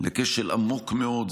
לכשל עמוק מאוד.